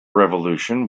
revolution